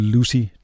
Lucy